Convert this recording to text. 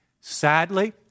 Sadly